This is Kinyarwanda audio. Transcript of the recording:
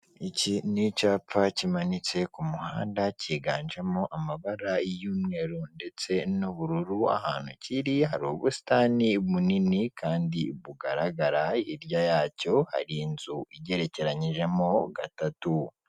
Iki ni icyapa kimanitse ku muhanda cyiganjemo amabara y'umweru, ndetse n'ubururu ahantu ki hari ubusitani bunini kandi bugaragara hirya yacyo, hari inzu igerekeranyije mo gatatu.